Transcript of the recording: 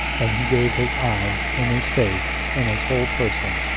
and he gave his eye, and his face, and his whole person,